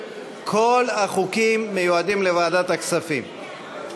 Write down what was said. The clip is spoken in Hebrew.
כל החוקים מיועדים לוועדת הכספים.